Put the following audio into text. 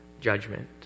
judgment